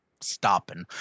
stopping